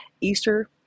Easter